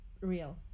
real